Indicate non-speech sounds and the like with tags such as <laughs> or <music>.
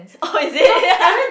oh is it <laughs>